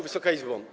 Wysoka Izbo!